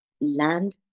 land